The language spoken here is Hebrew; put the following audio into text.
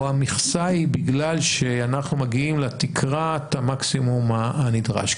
המכסה היא בגלל שאנחנו מגיעים לתקרת המקסימום הנדרש.